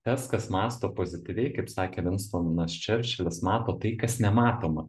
tas kas mąsto pozityviai kaip sakė vinstonas čerčilis mato tai kas nematoma